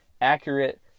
accurate